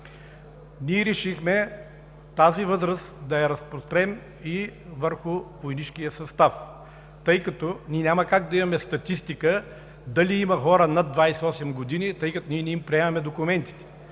Ние решихме тази възраст да я разпрострем и върху войнишкия състав, тъй като няма как да имаме статистика дали има хора над 28 години, защото ние не им приемаме документите,